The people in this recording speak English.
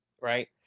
right